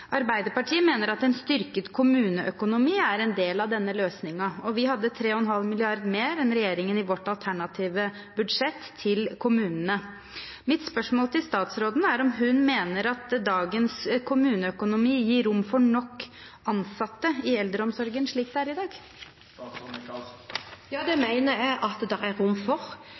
Arbeiderpartiet mener at en styrket kommuneøkonomi er en del av denne løsningen. I vårt alternative budsjett hadde vi 3,5 mrd. kr mer til kommunene enn det regjeringen hadde. Mitt spørsmål til statsråden er om hun mener at dagens kommuneøkonomi gir rom for nok ansatte i eldreomsorgen, slik det er i dag. Ja, det mener jeg det er rom for.